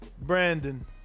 brandon